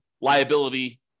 liability